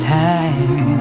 time